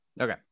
Okay